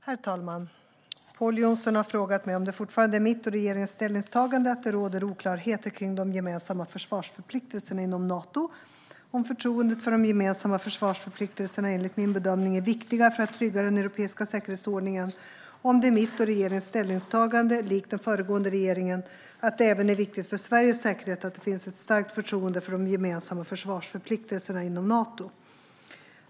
Herr talman! Pål Jonson har frågat mig om det fortfarande är mitt och regeringens ställningstagande att det råder oklarheter kring de gemensamma försvarsförpliktelserna inom Nato, om förtroendet för de gemensamma försvarsförpliktelserna enligt min bedömning är viktiga för att trygga den europeiska säkerhetsordningen och om det är mitt och regeringens ställningstagande, likt den föregående regeringens, att det även är viktigt för Sveriges säkerhet att det finns ett starkt förtroende för de gemensamma försvarsförpliktelserna inom Nato.